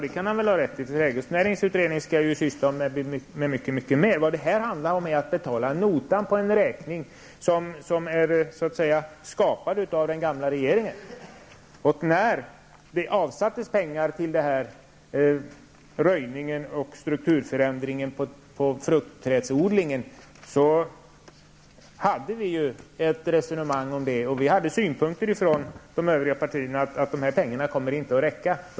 Det kan han ha rätt i. Trädgårdsnäringsutredningen skall syssla med mycket mera. Det handlar här om att betala notan på en räkning som är skapad av den gamla regeringen. När pengar avsattes till röjningen och strukturförändringen på fruktträdsodlingens område förde vi ett resonemang. Vi hade från de övriga partiernas sida synpunkter på att pengarna inte skulle räcka.